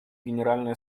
генеральной